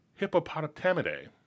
Hippopotamidae